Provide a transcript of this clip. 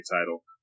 title